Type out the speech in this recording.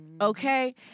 Okay